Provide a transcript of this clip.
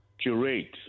curate